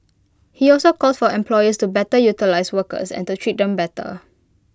he also called for employees to better utilise workers and to treat them better